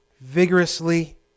vigorously